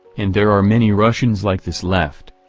and there are many russians like this left.